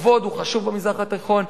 כבוד הוא חשוב במזרח התיכון,